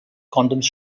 condoms